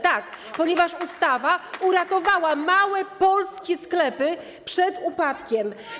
Tak, ponieważ ustawa uratowała małe polskie sklepy przed upadkiem.